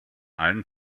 allen